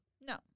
No